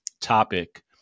topic